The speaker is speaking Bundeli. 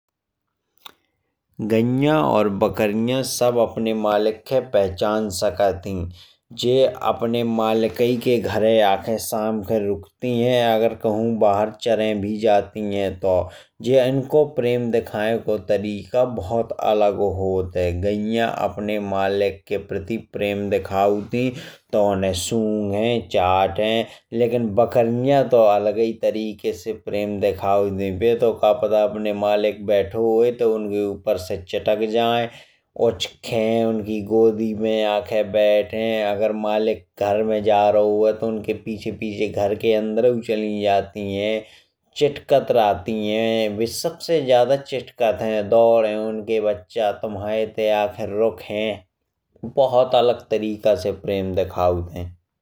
गाईया और बकरिया सब अपने मालिक खा पहचान सकत ही। जे अपने मालिकाई के घरे शाम के रुकति है। अगर कहू बाहर चरे भी जाति है तो। इनको प्यार दिखाए को तरीका बहुत अलग होत है। गाईया अपने मालिक के प्रति प्रेम दिखावत ही उन्हे सूंघाय और चाटाय। लेकिन बकरिया तो अलगाई तरीके से प्रेम दिखौती है। का पता मालिक बैठो होये तो उनके ऊपर से चितक जाए। उचक्खे उनकी गोदी में आके बैठ जाए। अगर मालिक घर के अंदर जाए तो उनके पीछे-पीछे घर के अंदर चलि जात। ही चितकत रहत ही बे सबसे ज्यादा चितकत रहत ही। और उनके बच्चा तुम्हाए इत्ते आखे रुखे बहुत अलग तरीके से प्रेम दिखावत ही।